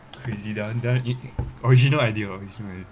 crazy that one that one i~ i~ original idea original